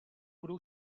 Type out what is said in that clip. budou